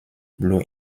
blue